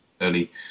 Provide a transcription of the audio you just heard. early